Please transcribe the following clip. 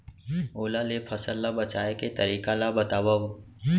ओला ले फसल ला बचाए के तरीका ला बतावव?